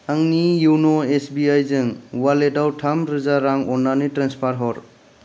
आंनि यन' एसबिआइ जों अवालेटाव थाम रोजा रां अन्नानै ट्रेन्सफार हर